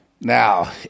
Now